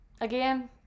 again